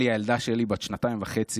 אלי, הילדה שלי בת השנתיים וחצי,